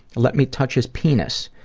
let me touch his penis,